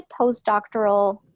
postdoctoral